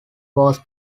was